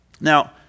Now